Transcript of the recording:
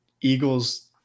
Eagles